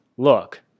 Look